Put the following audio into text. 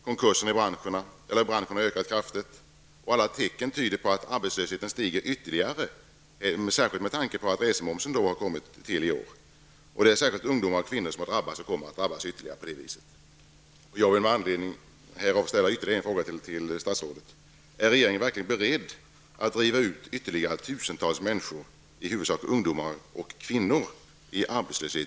Antalet konkurser inom branschen har ökat kraftigt, och alla tecken tyder på att arbetslösheten stiger ytterligare, detta särskilt med tanke på att resemomsen har kommit till år. Det är särskilt ungdomar och kvinnor som har drabbats och som kommer att drabbas ytterligare. i arbetslöshet?